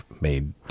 made